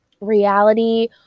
reality